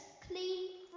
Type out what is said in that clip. clean